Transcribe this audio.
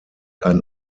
ein